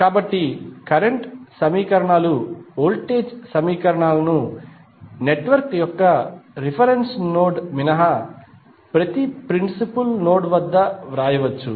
కాబట్టి కరెంట్ సమీకరణాలు వోల్టేజ్ సమీకరణాలను నెట్వర్క్ యొక్క రిఫరెన్స్ నోడ్ మినహా ప్రతి ప్రిన్సిపుల్ నోడ్ వద్ద వ్రాయవచ్చు